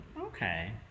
okay